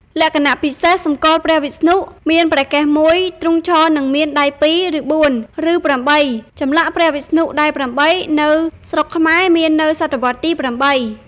លក្ខណៈពិសេសសម្គាល់ព្រះវិស្ណុ មានព្រះកេសមួយ ទ្រង់ឈរ និងមានដៃ២ ឬ៤ ឬ៨ (ចម្លាក់ព្រះវិស្ណុដៃ៨ នៅស្រុកខ្មែរមាននៅសតវត្សទី៨)។